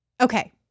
okay